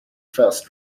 first